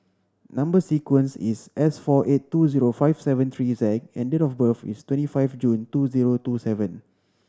number sequence is S four eight two zero five seven three Z and date of birth is twenty five June two zero two seven